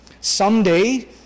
Someday